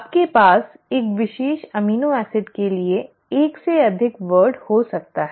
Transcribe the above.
आपके पास एक विशेष अमीनो एसिड के लिए एक से अधिक शब्द हो सकते हैं